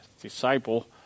disciple